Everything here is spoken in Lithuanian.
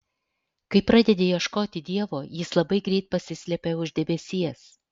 kai pradedi ieškoti dievo jis labai greit pasislepia už debesies